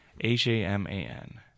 H-A-M-A-N